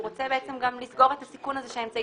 הוא רוצה גם לסגור את הסיכון הזה שמאמצעי